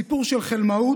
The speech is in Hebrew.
סיפור של חלמאות,